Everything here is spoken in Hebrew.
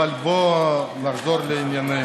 גם לי יש,